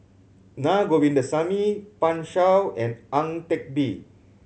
Na Govindasamy Pan Shou and Ang Teck Bee